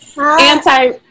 anti